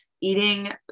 eating